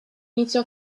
iniziò